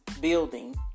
building